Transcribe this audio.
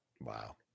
Wow